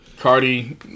Cardi